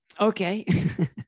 okay